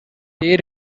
they